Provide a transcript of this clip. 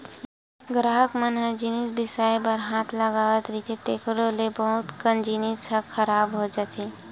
गराहक मन ह जिनिस बिसाए बर हाथ लगावत रहिथे तेखरो ले बहुत कन जिनिस ह खराब हो जाथे